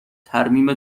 ترمیم